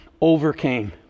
overcame